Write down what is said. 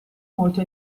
molto